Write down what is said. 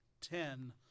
ten